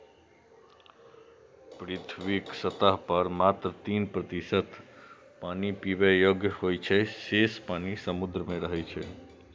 पृथ्वीक सतह पर मात्र तीन प्रतिशत पानि पीबै योग्य होइ छै, शेष पानि समुद्र मे रहै छै